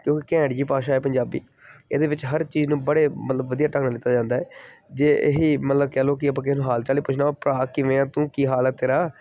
ਅਤੇ ਉਹ ਘੈਂਟ ਜੀ ਭਾਸ਼ਾ ਹੈ ਪੰਜਾਬੀ ਇਹਦੇ ਵਿੱਚ ਹਰ ਚੀਜ਼ ਨੂੰ ਬੜੇ ਮਤਲਬ ਵਧੀਆ ਢੰਗ ਨਾਲ ਦਿੱਤਾ ਜਾਂਦਾ ਹੈ ਜੇ ਇਹ ਹੀ ਮਤਲਬ ਕਹਿ ਲਓ ਕਿ ਆਪਾਂ ਕਿਸੇ ਨੂੰ ਹਾਲ ਚਾਲ ਹੀ ਪੁੱਛਣਾ ਹੋਵੇ ਭਰਾ ਕਿਵੇਂ ਆਂ ਤੂੰ ਕੀ ਹਾਲ ਹੈ ਤੇਰਾ